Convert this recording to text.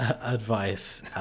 advice